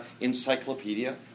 encyclopedia